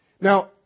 Now